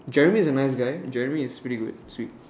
Jeremy is a nice guy Jeremy is pretty good